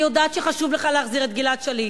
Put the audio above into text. יודעת שחשוב לך להחזיר את גלעד שליט.